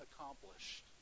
accomplished